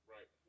Right